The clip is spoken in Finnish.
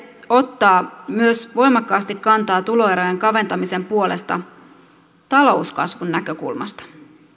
ottaa myös voimakkaasti kantaa tuloerojen kaventamisen puolesta talouskasvun näkökulmasta